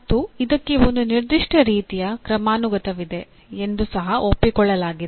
ಮತ್ತು ಇದಕ್ಕೆ ಒಂದು ನಿರ್ದಿಷ್ಟ ರೀತಿಯ ಕ್ರಮಾನುಗತವಿದೆ ಎಂದು ಸಹ ಒಪ್ಪಿಕೊಳ್ಳಲಾಗಿದೆ